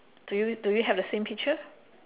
do you do you have the same picture